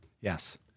Yes